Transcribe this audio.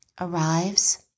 arrives